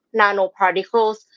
nanoparticles